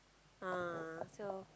ah so